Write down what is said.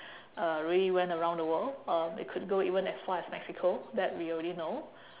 uh really went around the world um it could go even as far as mexico that we already know